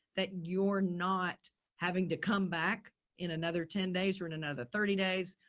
that you're not having to come back in another ten days or in another thirty days,